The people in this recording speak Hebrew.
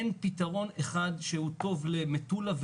אין פתרון אחד שהוא טוב למטולה,